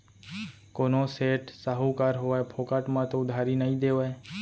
कोनो सेठ, साहूकार होवय फोकट म तो उधारी नइ देवय